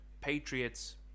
patriots